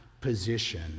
position